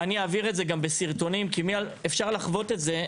ואני אעביר את זה גם בסרטונים כי אפשר לחוות את זה.